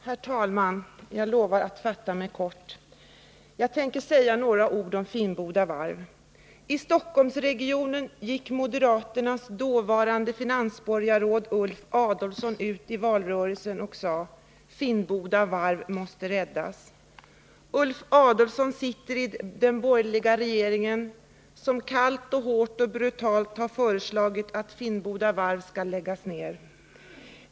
Herr talman! Jag lovar att fatta mig kort. Jag tänker säga några ord om Finnboda Varf. I Stockholmsregionen gick moderaternas dåvarande finansborgarråd Ulf Adelsohn ut i valrörelsen och sade: Finnboda Varf måste räddas. Ulf Adelsohn sitter nu i den borgerliga regering som kallt och hårt och brutalt har föreslagit att Finnboda Varf skall läggas ner.